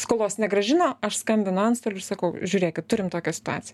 skolos negrąžino aš skambinu antstoliui ir sakau žiūrėkit turim tokią situaciją